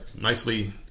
nicely